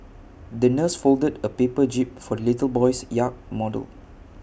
the nurse folded A paper jib for the little boy's yacht model